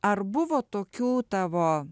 ar buvo tokių tavo